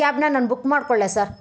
ಕ್ಯಾಬನ್ನ ನಾನು ಬುಕ್ ಮಾಡ್ಕೊಳ್ಳಾ ಸರ್